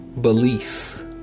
belief